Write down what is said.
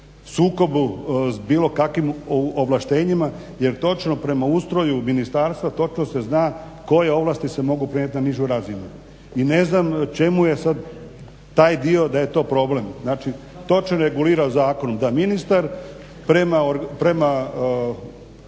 sukobu s bilo kakvim ovlaštenjima jer točno prema ustroju ministarstva točno se zna koje ovlasti se mogu prenijeti na nižu razinu. I ne znam čemu je taj dio da je to problem. Znači točno je regulirano zakonom da ministar prema